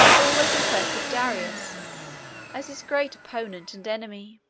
always in quest of darius as his great opponent and enemy.